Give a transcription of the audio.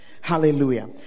Hallelujah